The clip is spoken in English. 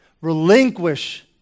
Relinquish